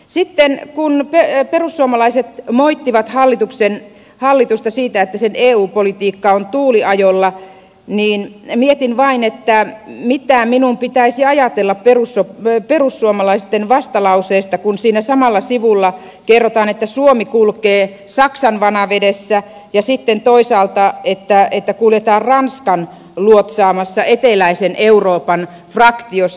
sitten kun perussuomalaiset moittivat hallitusta siitä että sen eu politiikka on tuuliajolla niin mietin vain mitä minun pitäisi ajatella perussuomalaisten vastalauseesta kun siinä samalla sivulla kerrotaan että suomi kulkee saksan vanavedessä ja sitten toisaalta että kuljetaan ranskan luotsaamassa eteläisen euroopan fraktiossa